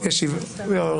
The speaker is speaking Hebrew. לא.